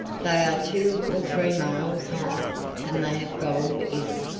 they are two or three miles high and they have gold in em.